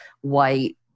white